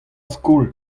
skol